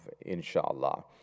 inshallah